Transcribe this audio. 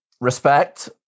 Respect